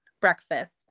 breakfast